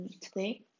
today